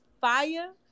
fire